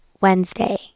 Wednesday